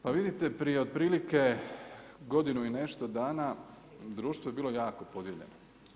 Pa vidite prije otprilike godinu i nešto dana društvo je bilo ako podijeljeno.